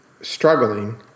struggling